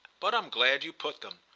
but i'm glad you put them.